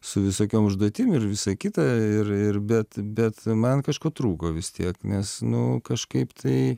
su visokiom užduotim ir visa kita ir ir bet bet man kažko trūko vis tiek nes nu kažkaip tai